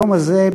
היום הזה,